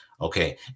Okay